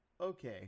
okay